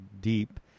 deep